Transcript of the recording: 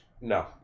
No